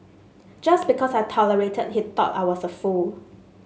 just because I tolerated he thought I was a fool